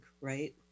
right